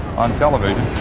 on television.